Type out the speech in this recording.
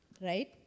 right